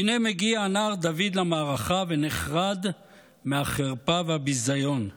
והינה מגיע הנער דוד למערכה ונחרד מהחרפה והביזיון.